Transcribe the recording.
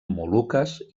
moluques